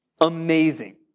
amazing